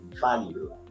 value